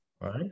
Right